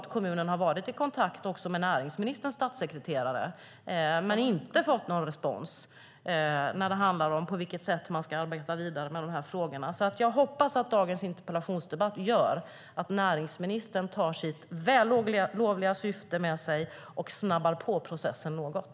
Kommunen har varit i kontakt också med näringsministerns statssekreterare men inte fått någon respons när det gäller på vilket sätt man ska arbeta vidare med dessa frågor. Jag hoppas alltså att dagens interpellationsdebatt gör att näringsministern tar sitt vällovliga syfte med sig och snabbar på processen något.